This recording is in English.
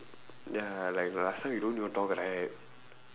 ya like last time we don't even talk right